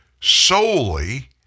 solely